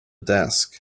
desk